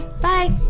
Bye